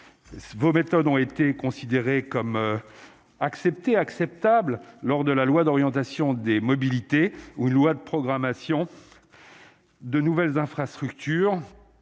vos méthodes ont été considérée comme acceptée et acceptable lors de la loi d'orientation des mobilités ou une loi de programmation. De nouvelles infrastructures,